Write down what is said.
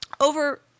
Over